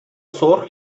سرخ